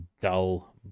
dull